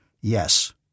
Yes